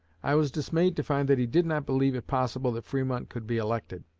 i was dismayed to find that he did not believe it possible that fremont could be elected.